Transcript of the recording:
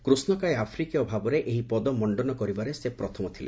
କୃଷ୍ଣକାୟ ଆଫ୍ରିକୀୟ ଭାବରେ ଏହି ପଦ ମଣ୍ଡନ କରିବାରେ ସେ ପ୍ରଥମ ଥିଲେ